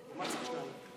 זה לא שר ההתנחלויות.